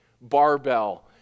barbell